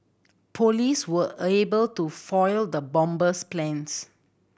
police were able to foil the bomber's plans